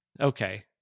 Okay